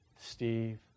Steve